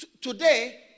today